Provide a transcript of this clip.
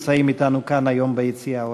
נמצאים אתנו כאן היום ביציע האורחים,